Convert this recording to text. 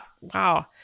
wow